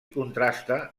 contrasta